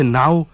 now